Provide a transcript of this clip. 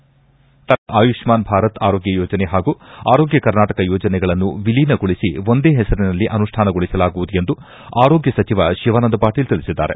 ಕೇಂದ್ರ ಸರ್ಕಾರದ ಆಯುಷ್ನಾನ್ ಭಾರತ್ ಆರೋಗ್ಯ ಯೋಜನೆ ಹಾಗೂ ಆರೋಗ್ಯ ಕರ್ನಾಟಕ ಯೋಜನೆಗಳನ್ನು ವಿಲೀನಗೊಳಿಸಿ ಒಂದೇ ಹೆಸಂನಲ್ಲಿ ಅನುಷ್ಠಾನಗೊಳಿಸಲಾಗುವುದು ಎಂದು ಆರೋಗ್ನ ಸಚಿವ ಶಿವಾನಂದ ಪಾಟೀಲ್ ತಿಳಿದ್ದಾರೆ